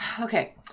Okay